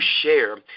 share